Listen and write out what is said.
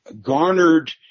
garnered